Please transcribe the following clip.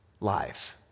life